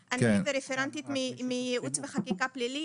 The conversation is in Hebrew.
אני רפפרנטית מייעוץ וחקיקה פלילי,